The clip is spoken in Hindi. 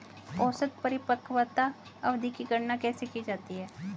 औसत परिपक्वता अवधि की गणना कैसे की जाती है?